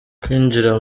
kwinjira